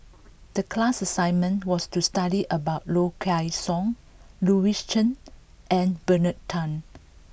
the class assignment was to study about Low Kway Song Louis Chen and Bernard Tan